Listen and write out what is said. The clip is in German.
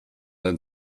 ein